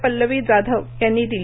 पल्लवी जाधव यांनी दिली